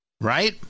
Right